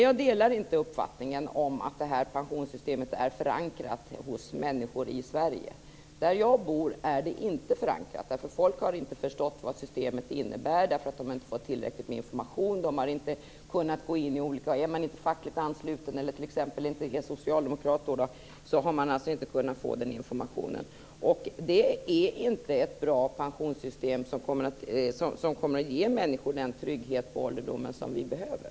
Jag delar inte uppfattningen att det här pensionssystemet är förankrat hos människor i Sverige. Där jag bor är det inte förankrat. Folk har inte förstått vad systemet innebär därför att man inte har fått tillräckligt med information. Är man inte fackligt ansluten och är man t.ex. inte socialdemokrat har man inte kunnat få den här informationen. Det här är inte ett bra pensionssystem som kommer att ge oss människor den trygghet på ålderdomen som vi behöver.